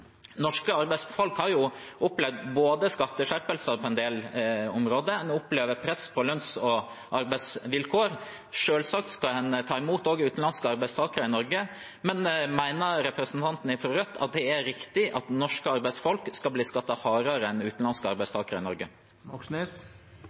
Norske arbeidsfolk har opplevd både skatteskjerpelser på en del områder og press på lønns- og arbeidsvilkår. Selvsagt skal en også ta imot utenlandske arbeidstakere i Norge, men mener representanten fra Rødt det er riktig at norske arbeidsfolk skal bli skattet hardere enn utenlandske